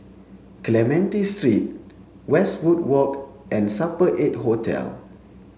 Clementi Street Westwood Walk and Supper eight Hotel